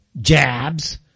jabs